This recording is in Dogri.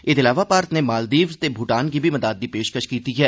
एह्दे अलावा भारत नै मालदीव्स ते भूटान गी बी मदाद दी पेशकश कीती ऐ